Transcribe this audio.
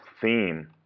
theme